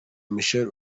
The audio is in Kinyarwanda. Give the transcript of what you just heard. michael